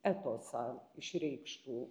etosą išreikštų